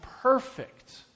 perfect